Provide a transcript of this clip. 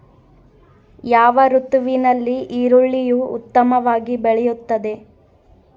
ಯಾವ ಋತುವಿನಲ್ಲಿ ಈರುಳ್ಳಿಯು ಉತ್ತಮವಾಗಿ ಬೆಳೆಯುತ್ತದೆ?